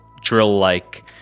drill-like